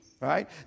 Right